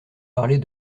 parler